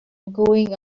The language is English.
going